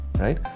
Right